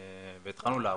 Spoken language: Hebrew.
וכבר התחלנו לעבוד,